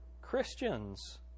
Christians